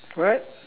right